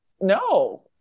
No